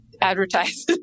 advertise